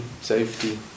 safety